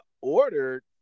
ordered